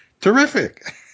terrific